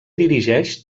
dirigeix